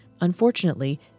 Unfortunately